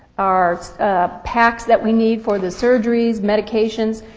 our packs that we need for the surgeries, medications,